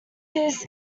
his